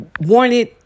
wanted